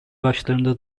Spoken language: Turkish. başlarında